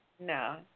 No